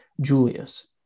Julius